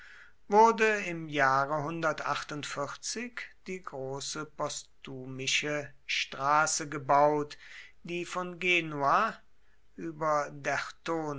wurde im jahre die große postumische straße gebaut die von genua über